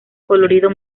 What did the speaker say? colorido